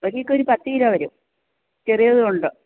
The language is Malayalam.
ഒരു ചക്കക്കൊരു പത്ത് കിലോ വരും ചെറിയതുണ്ട്